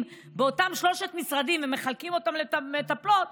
באותם שלושה משרדים ומחלקים אותו למטפלות,